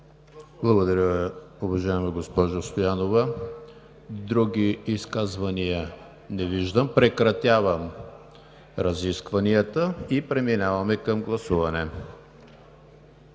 Благодаря, уважаема госпожо Стоянова. Други изказвания? Не виждам. Прекратявам разискванията. Преминаваме към гласуване